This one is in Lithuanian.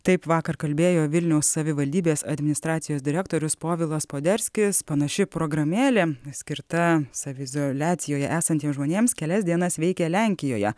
taip vakar kalbėjo vilniaus savivaldybės administracijos direktorius povilas poderskis panaši programėlė skirta saviizoliacijoje esantiems žmonėms kelias dienas veikė lenkijoje